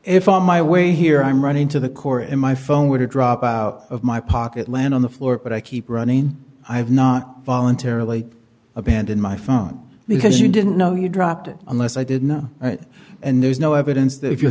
if on my way here i'm running to the core in my phone way to drop out of my pocket land on the floor but i keep running i've not voluntarily abandon my phone because you didn't know you dropped it unless i didn't know it and there's no evidence that if you